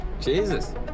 Jesus